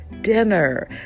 dinner